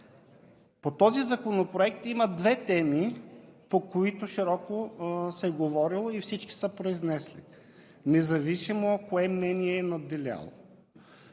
По този законопроект има две теми, по които широко се е говорило и всички са се произнесли, независимо кое мнение е надделяло.